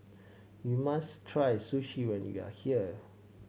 you must try Sushi when you are here